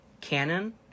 canon